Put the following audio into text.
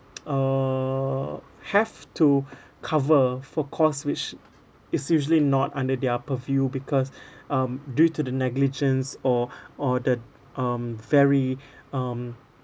uh have to cover for cost which is usually not under their purview because um due to the negligence or or the um very um